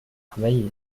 travailler